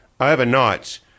overnight